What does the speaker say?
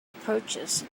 approaches